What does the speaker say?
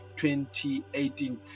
2018